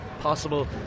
possible